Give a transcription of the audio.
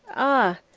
ah!